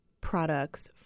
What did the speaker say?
products